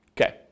Okay